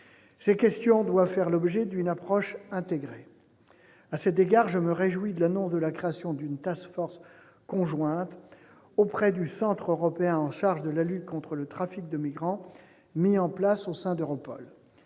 Ces questions doivent faire l'objet d'une approche intégrée. À cet égard, je me réjouis de l'annonce de la création d'une conjointe auprès du Centre européen pour la lutte contre le trafic de migrants mise en place au sein d'Europol.